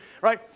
right